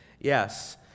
yes